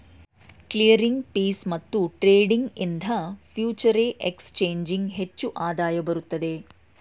clearing fees ಮತ್ತು trading ಇಂದ futures exchanging ಹೆಚ್ಚು ಆದಾಯ ಬರುತ್ತದೆ